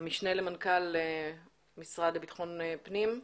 המשנה למנכ"ל המשרד לביטחון פנים.